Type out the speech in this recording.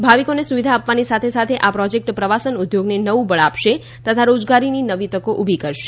ભાવિકોને સુવિધા આપવાની સાથે સાથે આ પ્રોજેક્ટ પ્રવાસન ઉદ્યોગને નવું બળ આપશે તથા રોજગારીની નવી તકો ઉભી કરશે